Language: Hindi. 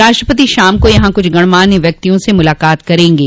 राष्ट्रपति शाम को यहां कुछ गणमान्य व्यक्तियों से मुलाकात करेंगे